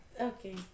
okay